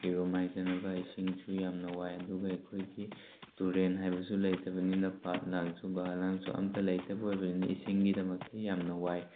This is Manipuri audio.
ꯏꯔꯨ ꯃꯥꯏꯗꯅꯕ ꯏꯁꯤꯡꯁꯨ ꯌꯥꯝꯅ ꯋꯥꯏ ꯑꯗꯨꯒ ꯑꯩꯈꯣꯏꯒꯤ ꯇꯨꯔꯦꯟ ꯍꯥꯏꯕꯁꯨ ꯂꯩꯇꯕꯅꯤꯅ ꯄꯥꯠ ꯂꯥꯡꯁꯨ ꯒꯣꯍꯥ ꯂꯥꯡꯁꯨ ꯑꯝꯇ ꯂꯩꯇꯕ ꯑꯣꯏꯕꯅꯤꯅ ꯏꯁꯤꯡꯒꯤꯗꯃꯛꯇ ꯌꯥꯝꯅ ꯋꯥꯏ